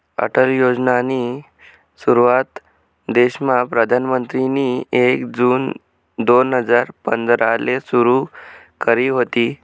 अटल योजनानी सुरुवात देशमा प्रधानमंत्रीनी एक जून दोन हजार पंधराले सुरु करी व्हती